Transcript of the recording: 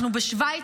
אנחנו בשווייץ?